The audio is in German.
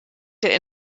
der